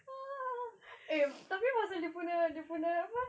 ah eh tapi masa dia punya dia punya apa